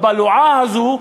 ה"בלועה" הזאת,